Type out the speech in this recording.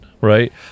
right